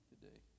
today